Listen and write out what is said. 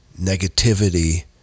negativity